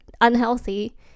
unhealthy